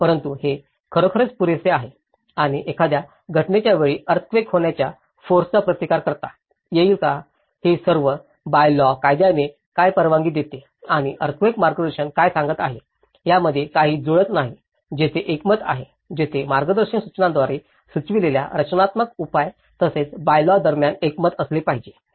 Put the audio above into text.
परंतु हे खरोखरच पुरेसे आहे आणि एखाद्या घटनेच्या वेळी अर्थक्वेक होणाऱ्या फोर्स चा प्रतिकार करता येईल का हे सर्व बाय ल्वा कायद्याने काय परवानगी देते आणि अर्थक्वेक मार्गदर्शन काय सांगत आहे यामध्ये काही जुळत नाही तेथे एकमत आहे तेथे मार्गदर्शक सूचनांद्वारे सुचविलेल्या रचनात्मक उपाय तसेच बाय ल्वा दरम्यान एकमत असले पाहिजे